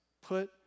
put